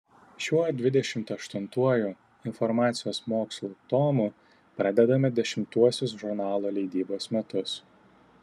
šiuo dvidešimt aštuntuoju informacijos mokslų tomu pradedame dešimtuosius žurnalo leidybos metus